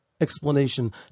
explanation